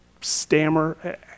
stammer